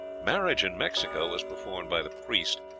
marriage in mexico was performed by the priest.